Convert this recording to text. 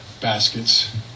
baskets